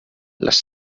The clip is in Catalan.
les